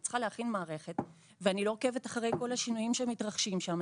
אני צריכה להכין מערכת ואני לא עוקבת אחרי כל השינויים שמתרחשים שם.